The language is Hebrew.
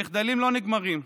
המחדלים לא נגמרים.